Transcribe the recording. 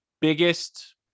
biggest